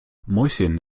mäuschen